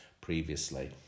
previously